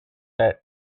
set